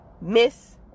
Miss